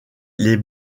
les